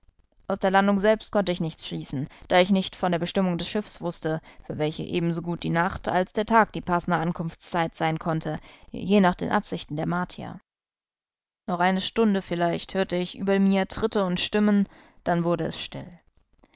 aus der landung selbst konnte ich nichts schließen da ich nichts von der bestimmung des schiffes wußte für welche ebensogut die nacht als der tag die passende ankunftszeit sein konnte je nach den absichten der martier noch eine stunde vielleicht hörte ich über mir tritte und stimmen dann wurde es still